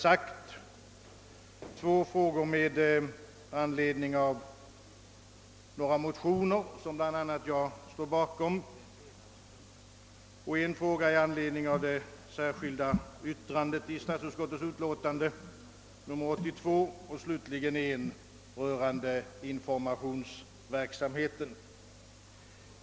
Trots detta vill jag ta upp några speciella frågor: två med anledning av några motioner som bl.a. jag står bakom, en med anledning av det särskilda yttrandet till statsutskottets utlåtande nr 82 och slutligen en rörande informationsverksamheten.